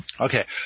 Okay